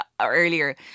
earlier